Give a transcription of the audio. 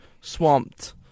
swamped